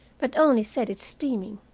but only set it steaming.